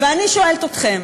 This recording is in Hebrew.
ואני שואלת אתכם,